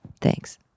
Thanks